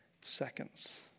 seconds